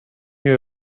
you